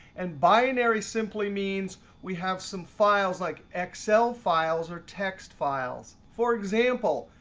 and binary simply means we have some files like excel files or text files. for example,